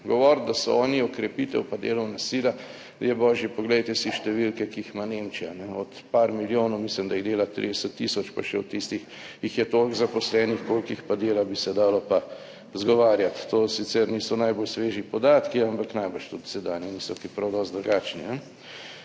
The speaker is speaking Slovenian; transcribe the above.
Govoriti, da so oni okrepitev pa delovna sila, je božji, poglejte si številke, ki jih ima Nemčija. Od par milijonov, mislim, da jih dela 30 tisoč, pa še od tistih jih je toliko zaposlenih, koliko jih pa dela, bi se dalo pa izgovarjati. To sicer niso najbolj sveži podatki, ampak najbrž tudi sedanji niso kaj prav dosti drugačni.